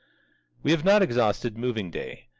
we have not exhausted moving day.